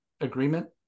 agreement